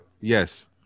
Yes